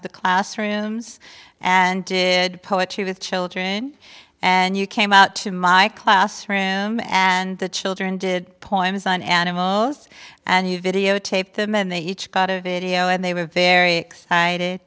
to the classrooms and did poetry with children and you came out to my classroom and the children did points on animals and you videotaped them and they each got a video and they were very